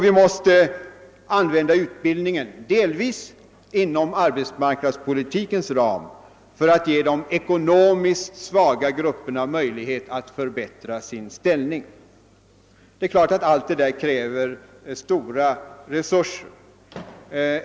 Vi måste använda utbildningen — delvis inom arbetsmarknadspolitikens ram — för att ge de ekonomiskt svaga grupperna möjlighet att förbättra sin ställning. Allt detta kräver givetvis stora resurser.